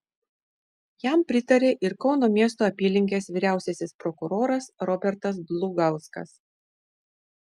jam pritarė ir kauno miesto apylinkės vyriausiasis prokuroras robertas dlugauskas